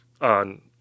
on